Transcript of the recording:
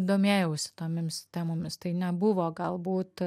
domėjausi tomims temomis tai nebuvo galbūt